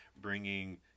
bringing